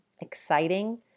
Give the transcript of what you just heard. exciting